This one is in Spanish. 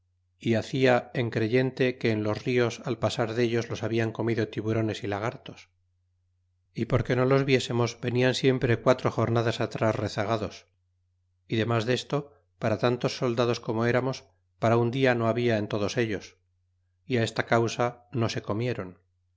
y hacia encreyente que en lostios al pa sar dellos los habían comido tiburones y lagartos y porque no los viesemos venian siempre quatro jornadas atras rezagados y demas desto para tantos soldados como eramos para un dia no habla en todos ellos y áesta causa no se comieron